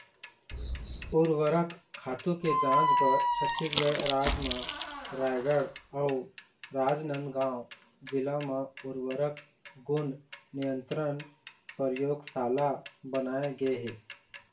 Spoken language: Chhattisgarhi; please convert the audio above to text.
उरवरक खातू के जांच बर छत्तीसगढ़ राज म रायगढ़ अउ राजनांदगांव जिला म उर्वरक गुन नियंत्रन परयोगसाला बनाए गे हे